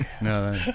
No